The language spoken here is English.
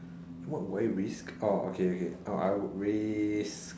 what would I risk orh okay okay orh I would risk